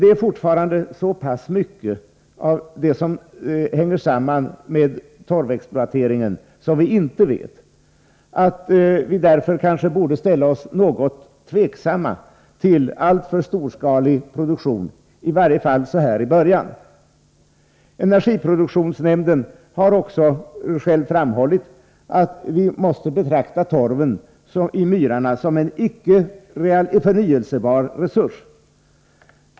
Det är fortfarande så pass mycket av det som hänger samman med torvexploateringen som vi inte känner till, att vi kanske borde ställa oss något tveksamma till en alltför storskalig produktion, i varje fall så här i början. Från energiproduktionsnämndens sida har man också framhållit att vi måste betrakta torven i myrarna som en icke förnyelsebar resurs.